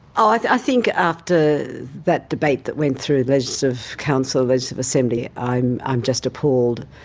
i think after that debate that went through legislative council, legislative assembly, i'm i'm just appalled,